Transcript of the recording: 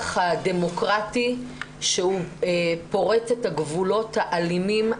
הדמוקרטי שהוא פורץ את הגבולות האלימים,